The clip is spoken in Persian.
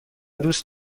دوست